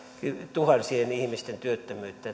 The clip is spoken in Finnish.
tuhansien ihmisten työttömyyttä